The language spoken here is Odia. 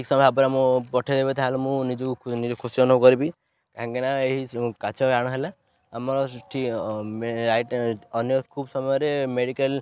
ଠିକ୍ ସମୟ ଭାବରେ ମୁଁ ପଠେଇଦେବି ତାହେଲେ ମୁଁ ନିଜକୁ ନିଜେ ଖୁସି ଅନୁଭବ କରିବି କାହିଁକିନା ଏହି ହେଲା ଆମର ଅନ୍ୟ ଖୁବ୍ ସମୟରେ ମେଡ଼ିକାଲ୍